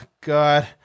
God